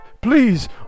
please